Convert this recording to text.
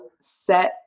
set